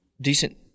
decent